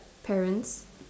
parents